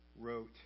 wrote